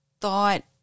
thought